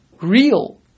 real